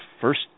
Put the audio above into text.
first